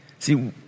See